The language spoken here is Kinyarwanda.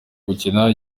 gukora